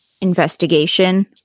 investigation